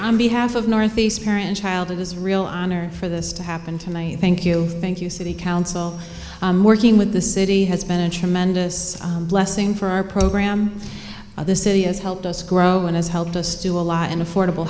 on behalf of ne parent child it is real honor for this to happen tonight thank you thank you city council working with the city has been a tremendous blessing for our program the city has helped us grow and has helped us do a lot in affordable